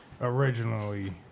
originally